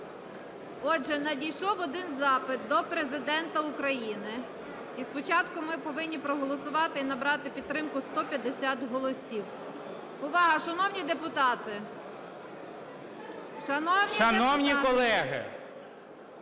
Отже, надійшов один запит до Президента України. І спочатку ми повинні проголосувати і набрати підтримку 150 голосів. Увага, шановні депутати! Веде